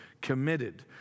committed